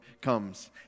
comes